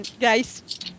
guys